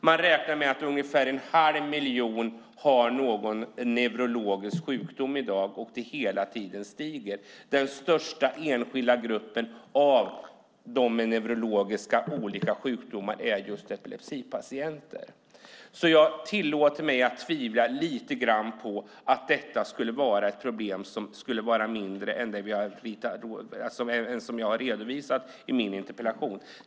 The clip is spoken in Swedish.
Man räknar med att ungefär en halv miljon har någon neurologisk sjukdom i dag och att antalet hela tiden ökar. Den största enskilda gruppen av dem med olika neurologiska sjukdomar är just epilepsipatienter. Jag tillåter mig alltså att lite grann tvivla på att detta skulle vara ett problem som är mindre än jag har redovisat i min interpellation.